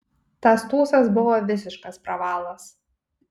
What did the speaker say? tas tūsas buvo visiškas pravalas